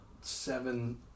seven